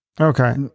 Okay